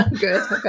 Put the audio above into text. Good